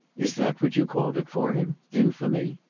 is that what you called it for him infamy?